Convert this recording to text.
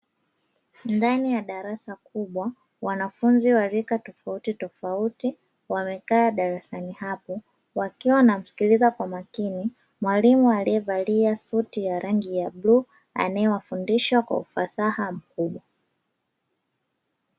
Ndani ya darasa kubwa, wanafunzi wa rika tofautitofauti wamekaa darasani hapo, wakiwa wanamsikiliza kwa makini mwalimu aliyevalia suti ya rangi ya bluu, anayewafundisha kwa ufasaha mkubwa.